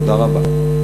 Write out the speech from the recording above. תודה רבה.